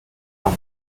fun